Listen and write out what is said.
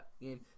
game